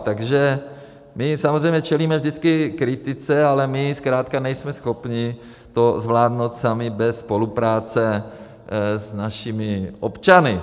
Takže my samozřejmě čelíme vždycky kritice, ale my zkrátka nejsme schopni to zvládnout sami bez spolupráce s našimi občany.